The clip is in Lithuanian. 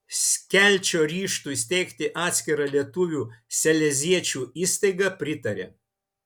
skelčio ryžtui steigti atskirą lietuvių saleziečių įstaigą pritarė